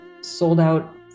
sold-out